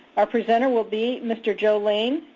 our presenter will be mr. joe lane,